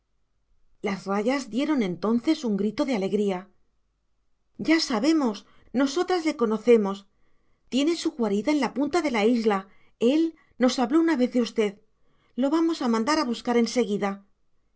las rayas dieron entonces un grito de alegría ya sabemos nosotras lo conocemos tiene su guarida en la punta de la isla él nos habló una vez de usted lo vamos a mandar buscar